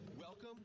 welcome